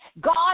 God